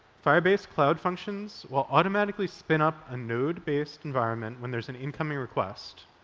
firebase cloud functions will automatically spin off a node-based environment when there's an incoming request.